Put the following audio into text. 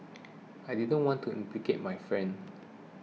I didn't want to implicate my friend